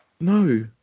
No